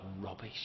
rubbish